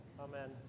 Amen